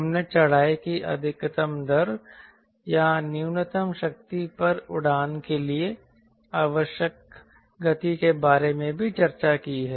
हमने चढ़ाई की अधिकतम दर या न्यूनतम शक्ति पर उड़ान के लिए आवश्यक गति के बारे में भी चर्चा की है